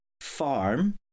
farm